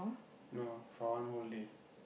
no for one whole day